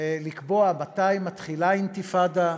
לקבוע מתי מתחילה אינתיפאדה,